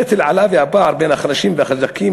הנטל עלה וכן הפער בין החלשים והחזקים,